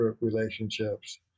relationships